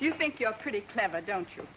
you think you're pretty clever don't you